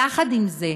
יחד עם זה,